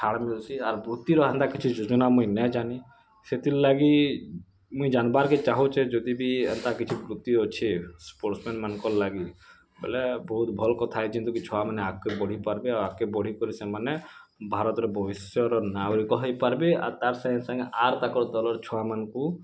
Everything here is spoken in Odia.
ଛାଡ଼୍ ମିଲ୍ସି ଆର୍ ବୃତ୍ତିର ହେନ୍ତା କିଛି ଯୋଜନା ମୁଇଁ ନା ଜାନିଁ ସେଥିର୍ଲାଗି ମୁଇଁ ଜାନ୍ବାର୍କେ ଚାହୁଁଚେ ଯଦି ବି ଏନ୍ତା କିଛି ବୃତ୍ତି ଅଛେ ସ୍ପୋର୍ଟ୍ସ୍ ମ୍ୟାନ୍ଙ୍କର୍ ଲାଗି ବୋଲେ ବହୁତ୍ ଭଲ୍ କଥା ହେ ଯେନ୍ତିକି ଛୁଆମାନେ ଆଗ୍କେ ବଢ଼ିପାର୍ବେ ଆଗ୍କେ ବଢ଼ି କରି ସେମାନେ ଭାରତର ଭବିଷ୍ୟର ନାଗରିକ ହେଇପାର୍ବେ ଆର୍ ତା'ର୍ ସାଙ୍ଗେ ସାଙ୍ଗେ ଆର୍ ତାଙ୍କର୍ ଦଲର ଛୁଆମାନ୍କୁ